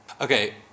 Okay